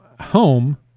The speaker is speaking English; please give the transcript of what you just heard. home